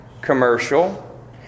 commercial